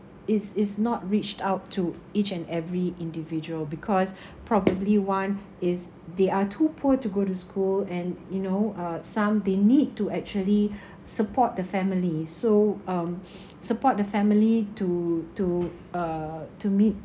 it's it's not reached out to each and every individual because probably one is they are too poor to go to school and you know uh some they need to actually support the families so um support the family to to uh to meet